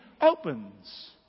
opens